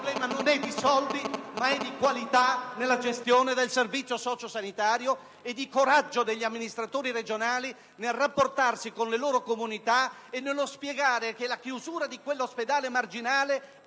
il problema non è di soldi, ma di qualità nella gestione del servizio sociosanitario e di coraggio degli amministratori regionali nel rapportarsi con le loro comunità e nello spiegare che la chiusura di quell'ospedale marginale